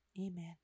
Amen